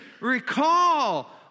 recall